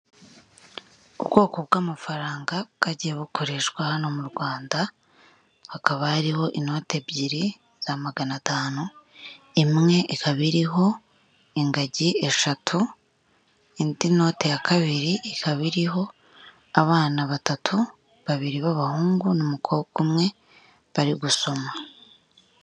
Ubwoko bw'amafaranga bwagiye bukoreshwa hano mu Rwanda, hakaba hariho inoti ebyiri za magana atanu, imwe ikaba iriho ingagi eshatu indi note ya kabiri ikaba iriho abana batatu, babiri b'abahungu n'umukobwa umwe bari gusoma.